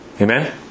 Amen